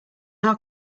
how